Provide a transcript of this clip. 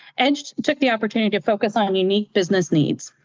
edge took the opportunity to focus on unique business needs.